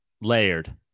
layered